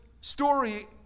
story